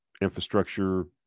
infrastructure